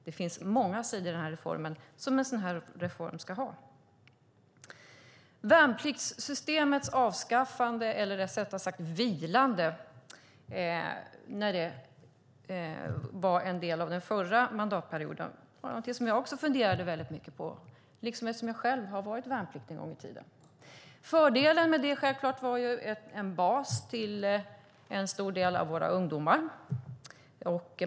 Det finns många sidor i den här reformen, som en sådan här reform ska ha. Värnpliktssystemets avskaffande - eller det är rättare sagt vilande - var en del av den förra mandatperioden. Det var någonting som jag funderade mycket på eftersom jag själv har varit värnpliktig en gång i tiden. Fördelen med det var självklart att det var en bas för en stor del av våra ungdomar.